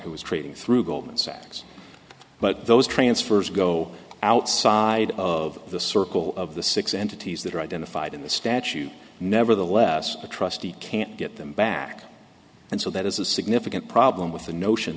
who was trading through goldman sachs but those transfers go outside of the circle of the six entities that are identified in the statute nevertheless the trustee can't get them back and so that is a significant problem with the notion